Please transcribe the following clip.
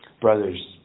Brothers